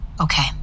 Okay